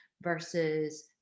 versus